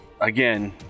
again